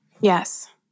Yes